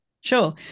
Sure